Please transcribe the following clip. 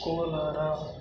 Kolar